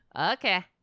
Okay